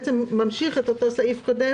ממשיך את הסעיף הקודם,